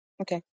Okay